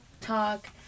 talk